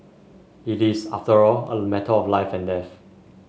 it is after all a matter of life and death